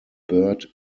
bird